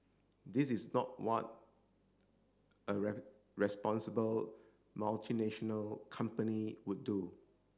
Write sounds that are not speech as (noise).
this is not what a (unintelligible) responsible multinational company would do